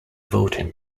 voting